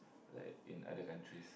like in other countries